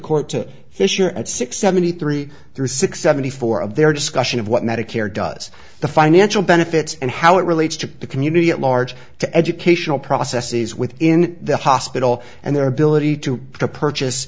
court to his year at six seventy three three six seventy four of their discussion of what medicare does the financial benefits and how it relates to the community at large to educational processes within the hospital and their ability to purchase